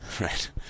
Right